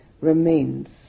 remains